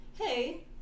hey